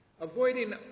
Avoiding